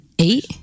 Eight